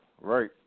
right